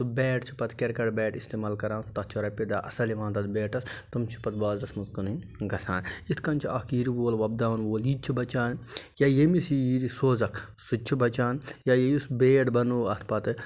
سُہ بیٹ چھِ پتہٕ کِرکَٹ بیٹ اِستعمال کَران تَتھ چھِ رۄپیہِ دَہ اَصٕل یِوان تَتھ بیٹَس تِم چھِ پتہٕ بازرَس منٛز کٕنٕنۍ گَژھان یِتھ کَنۍ چھِ اَکھ یِرِ وول وۄپداوَن وول یہِ تہِ چھِ بَچان یا ییٚمِس یہِ یِرِ سوزَکھ سُہ تہِ چھُ بَچان یا یُس بیٹ بنوو اَتھ پتہٕ